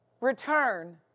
Return